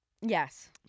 Yes